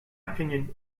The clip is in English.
opinion